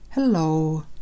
hello